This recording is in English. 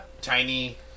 tiny